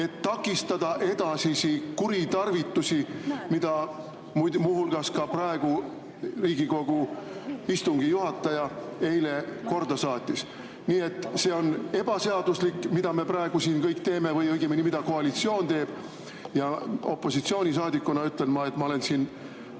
et takistada edasisi selliseid kuritarvitusi, mida muu hulgas ka praegune Riigikogu istungi juhataja eile korda saatis. Nii et see on ebaseaduslik, mida me praegu siin kõik teeme või õigemini, mida koalitsioon teeb. Ja opositsioonisaadikuna ütlen ma, et ma olen siin